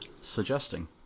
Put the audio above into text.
suggesting